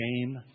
shame